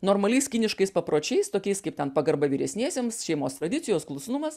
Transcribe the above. normaliais kiniškais papročiais tokiais kaip ten pagarba vyresniesiems šeimos tradicijos klusnumas